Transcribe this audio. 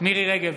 מירי מרים רגב,